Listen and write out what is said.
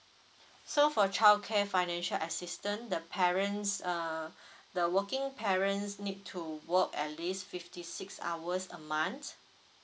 so for childcare financial assistant the parents err the working parents need to work at least fifty six hours a month